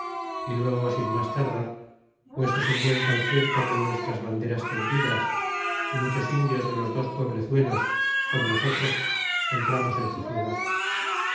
y luego sin mas tardar puestos en buen concierto con nuestras banderas tendidas y muchos indios de los dos pueblezuelos con nosotros entramos en su ciudad